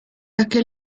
aquel